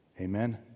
Amen